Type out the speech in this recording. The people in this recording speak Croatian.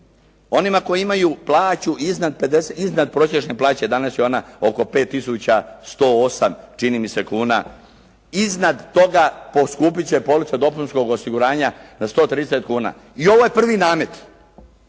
Onima koji imaju plaću iznad prosječne plaće. Danas je ona oko 5108 kuna. Iznad toga poskupit će polica dopunskog osiguranja na 130 kuna. I ovaj prvi namet,